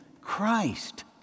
Christ